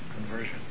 conversion